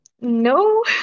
no